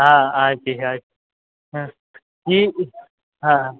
હા આરતી હા એ હા